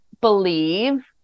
believe